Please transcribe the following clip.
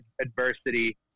adversity